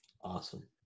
awesome